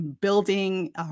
building